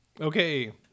Okay